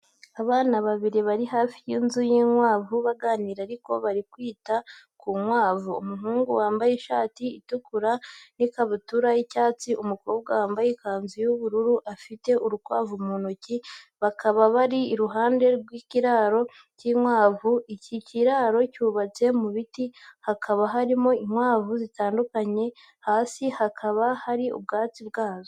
Abana babiri bari hafi y’inzu y’inkwavu baganira ariko bari kwita ku nkwavu, umuhungu wambaye ishati itukura n’ikabutura y'icyatsi, umukobwa wambaye ikanzu y’ubururu, afite urukwavu mu ntoki, bakaba bari iruhande rw'ikiraro cy'inkwavu. Iki kiraro cyubatse mu biti, hakaba harimo inkwavu zitandukanye. Hasi hakaba hari ubwatsi bwazo.